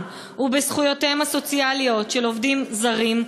ובזכויותיהם הסוציאליות של עובדים זרים,